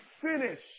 finish